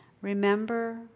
Remember